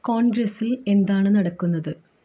കോൺഗ്രസിൽ എന്താണ് നടക്കുന്നത്